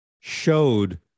showed